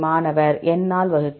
மாணவர்N ஆல் வகுக்க